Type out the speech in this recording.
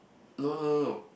no no no no